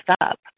up